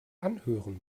anhören